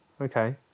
okay